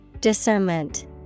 Discernment